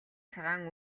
цагаан